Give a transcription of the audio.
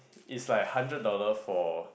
is like hundred dollar for